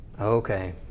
Okay